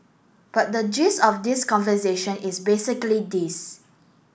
but the gist of this conversation is basically this